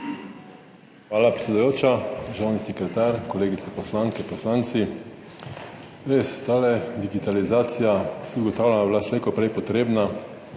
Hvala, predsedujoča. Državni sekretar, kolegice poslanke, poslanci! Res ta digitalizacija vsi ugotavljamo, da je bila slej ko prej potrebna,